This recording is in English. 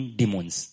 demons